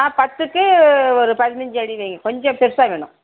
ஆ பத்துக்கு ஒரு பதினைஞ்சி அடி வைங்க கொஞ்சம் பெருசாக வேணும்